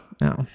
No